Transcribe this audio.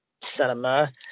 cinema